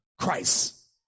Christ